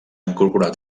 incorporat